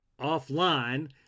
offline